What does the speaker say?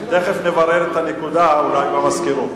תיכף נברר את הנקודה במזכירות.